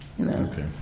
Okay